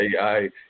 AI